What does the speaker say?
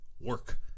Work